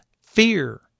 fear